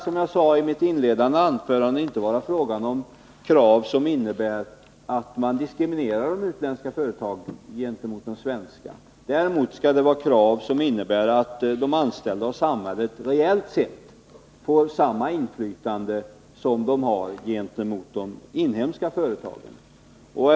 Som jag sade i mitt inledande anförande skall det inte vara fråga om krav som innebär att man diskriminerar de utländska företagen i förhållande till de svenska utan krav som innebär att de anställda och samhället reellt får samma inflytande i de utländska företagen som de har i de inhemska.